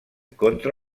contra